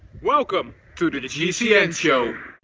welcome to to the gcn show.